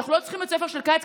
אנחנו לא צריכים בית ספר של קיץ,